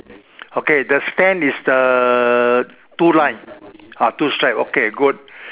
okay the stand is uh two line ah two stripe okay good